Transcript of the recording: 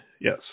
yes